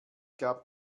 gab